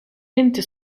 inti